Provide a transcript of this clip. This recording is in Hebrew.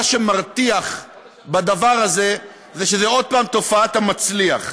מה שמרתיח בדבר הזה זה שזה עוד פעם תופעת ה"מצליח",